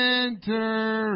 enter